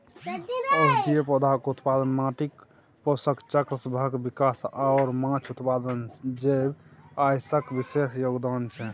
औषधीय पौधाक उत्पादन, माटिक पोषक चक्रसभक विकास आओर माछ उत्पादन जैव आश्रयक विशेष योगदान छै